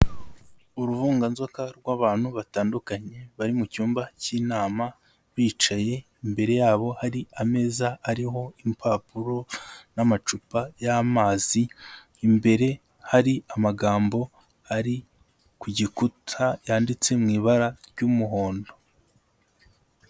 Uruvunganzoka rw'abantu batandukanye bari mu cyumba k'inama bicaye, imbere yabo hari ameza ariho impapuro n'amacupa y'amazi, imbere hari amagambo ari ku gikuta yanditse mu ibara ry'umuhondo.